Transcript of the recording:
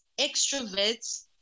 extroverts